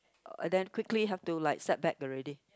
and then quickly have to like set back already